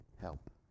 help